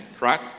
right